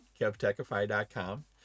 KevTechify.com